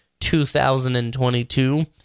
2022